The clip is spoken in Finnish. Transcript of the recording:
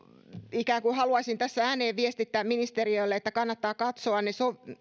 haluaisin tässä ääneen viestittää ministeriölle että kannattaa katsoa ne